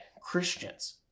Christians